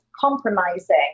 compromising